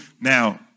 Now